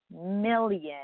million